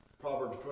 Proverbs